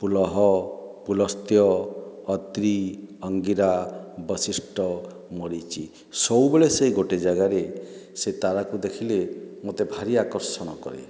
ପୁଲହ ପୁଲସ୍ତ୍ୟ ଅତ୍ରି ଅଙ୍ଗିରା ବଶିଷ୍ଠ ମରୀଚି ସବୁବେଳେ ସେ ଗୋଟିଏ ଜାଗାରେ ସେ ତାରାକୁ ଦେଖିଲେ ମୋତେ ଭାରି ଆକର୍ଷଣ କରେ